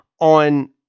on